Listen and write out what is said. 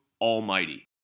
ALMIGHTY